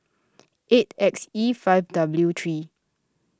eight X E five W three